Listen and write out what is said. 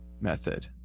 method